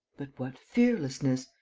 but what fearlessness!